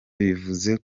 bivuze